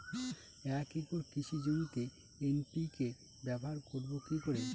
এক একর কৃষি জমিতে এন.পি.কে ব্যবহার করব কি করে?